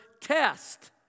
test